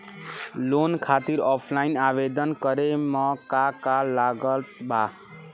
Loan खातिर offline आवेदन करे म का का लागत बा?